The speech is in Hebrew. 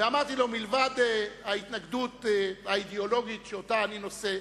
ואמרתי לו: מלבד ההתנגדות האידיאולוגית שאני נושא,